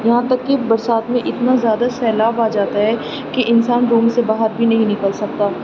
یہاں تک کہ برسات میں اتنا زیادہ سیلاب آ جاتا ہے کہ انسان روم سے باہر بھی نہیں نکل سکتا